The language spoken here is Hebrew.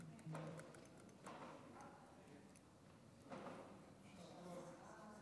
חמש דקות